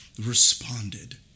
responded